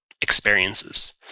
experiences